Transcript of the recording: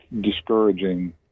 discouraging